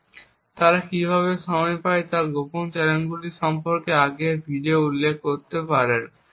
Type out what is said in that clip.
এবং তারা কীভাবে সময় পায় তা দেখতে গোপন চ্যানেলগুলি সম্পর্কে আগের ভিডিওটি উল্লেখ করতে পারেন